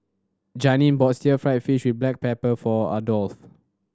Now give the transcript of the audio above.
Janeen bought Stir Fry fish black pepper for Adolf